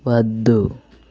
వద్దు